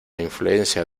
influencia